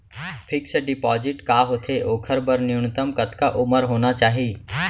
Fix deposit का होथे ओखर बर न्यूनतम कतका उमर होना चाहि?